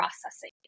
processing